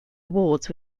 awards